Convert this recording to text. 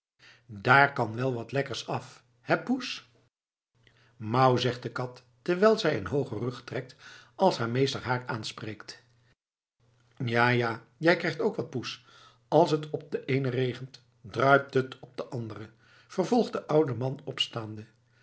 daar kan wel wat lekkers af hé poes maauw zegt de kat terwijl zij een hoogen rug trekt als haar meester haar aanspreekt ja ja jij krijgt ook wat poes als t op den eenen regent druipt het op den anderen vervolgt de oude man opstaande